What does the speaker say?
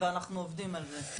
אנחנו עובדים על זה.